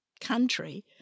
country